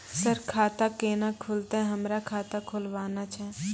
Sir खाता केना खुलतै, हमरा खाता खोलवाना छै?